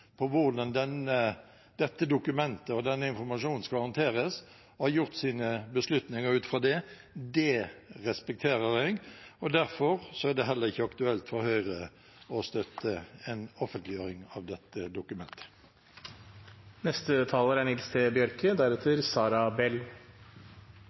hvordan dette dokumentet og den informasjonen skal håndteres, og har tatt sine beslutninger ut fra det. Det respekterer jeg, og derfor er det heller ikke aktuelt for Høyre å støtte en offentliggjøring av dette